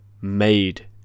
made